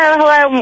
hello